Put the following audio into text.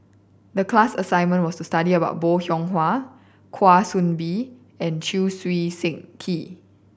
the class assignment was to study about Bong Hiong Hwa Kwa Soon Bee and Chew Swee Kee